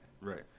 Right